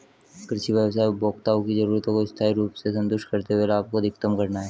कृषि व्यवसाय उपभोक्ताओं की जरूरतों को स्थायी रूप से संतुष्ट करते हुए लाभ को अधिकतम करना है